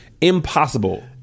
impossible